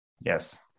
Yes